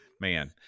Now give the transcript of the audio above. Man